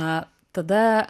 na tada